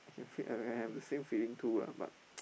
I can feel I have the same feeling too lah but